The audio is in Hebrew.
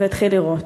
והתחיל לירות.